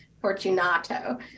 Fortunato